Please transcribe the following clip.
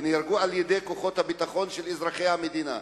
נהרגו על-ידי כוחות הביטחון של אזרחי המדינה.